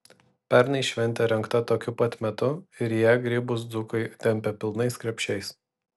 pernai šventė rengta tokiu pat metu ir į ją grybus dzūkai tempė pilnais krepšiais